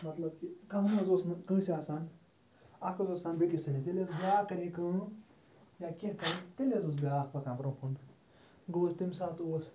مطلب کہِ کانٛہہ حظ اوس نہٕ کٲنٛسہِ آسان اَکھ حظ اوس آسان بیٚکِس سٔنِتھ ییٚلہِ حظ بیٛاکھ کَرے کٲم یا کینٛہہ کَرے تیٚلہِ حظ اوس بیٛاکھ پَکان برٛونٛہہ کُن گوٚو حظ تمہِ ساتہٕ اوس